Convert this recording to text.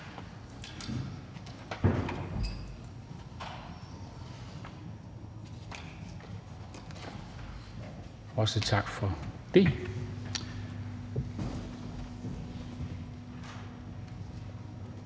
og tak for den